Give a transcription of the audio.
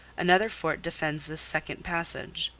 another fort defends this second passage.